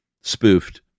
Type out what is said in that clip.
spoofed